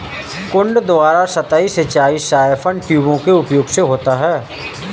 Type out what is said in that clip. कुंड द्वारा सतही सिंचाई साइफन ट्यूबों के उपयोग से होता है